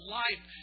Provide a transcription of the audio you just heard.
life